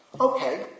Okay